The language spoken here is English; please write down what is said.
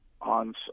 on